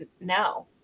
no